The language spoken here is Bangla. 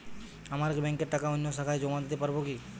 আমার এক ব্যাঙ্কের টাকা অন্য শাখায় জমা দিতে পারব কি?